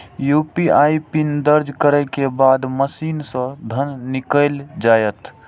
UPI PIN दर्ज करै के बाद मशीन सं धन निकैल जायत